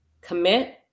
commit